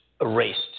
erased